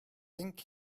think